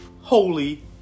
holy